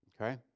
Okay